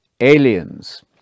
aliens